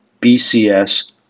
BCS